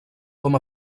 com